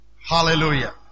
Hallelujah